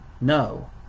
no